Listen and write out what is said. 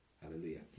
Hallelujah